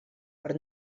per